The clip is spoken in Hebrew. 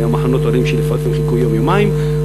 היו מחנות עולים שלפעמים חיכו יום-יומיים,